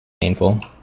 painful